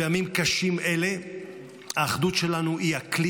בימים קשים אלה האחדות שלנו היא הכלי